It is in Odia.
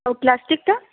ଆଉ ପ୍ଲାଷ୍ଟିକ୍ଟା